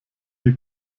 hier